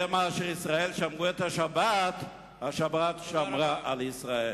יותר משישראל שמרו את השבת, השבת שמרה על ישראל.